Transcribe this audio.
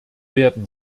werden